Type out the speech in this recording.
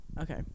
okay